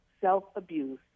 self-abuse